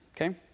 okay